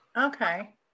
Okay